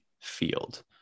field